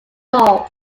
all